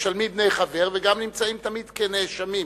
משלמים דמי חבר וגם נמצאים תמיד כנאשמים.